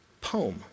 poem